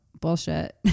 bullshit